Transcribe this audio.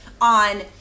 on